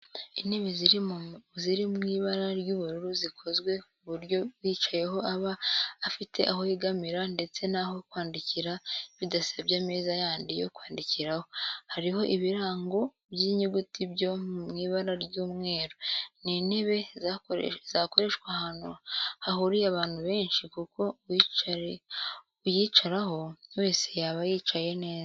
Intebe ziri mu ibara ry'ubururu zikozwe ku buryo uyicayeho aba afite aho yegamira ndetse n'aho kwandikira bidasabye ameza yandi yo kwandikiraho, hariho ibirango by'inyuguti byo mu ibara ry'umweru. Ni intebe zakoreshwa ahantu hahuriye abantu benshi kuko uwayicaraho wese yaba yicaye neza.